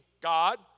God